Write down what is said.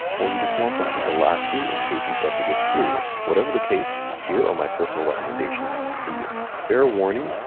or you just want something to last you in case you start to get serious. whatever the case, here are my personal recommendations for you. fair warning,